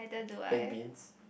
backed bean